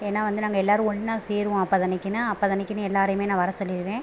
ஏன்னால் வந்து நாங்கள் எல்லோரும் ஒன்றா சேருவோம் அப்போதன்னைக்கினா அப்போதன்னைக்கினு எல்லோலாரையுமே நான் வர சொல்லியிருவேன்